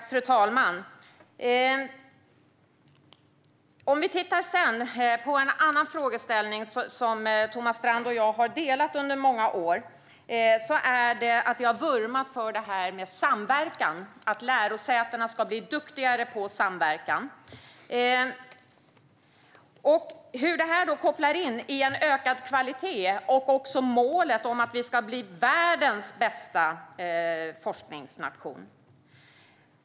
Fru talman! Om vi tittar på en annan frågeställning som Thomas Strand och jag har delat under många år har vi vurmat för detta med samverkan, att lärosätena ska bli duktigare på att samverka. Det handlar om hur det kopplar till en ökad kvalitet och målet att vi ska bli världens bästa forskningsnation.